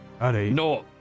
No